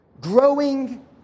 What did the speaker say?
growing